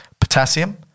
potassium